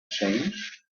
change